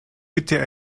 bitte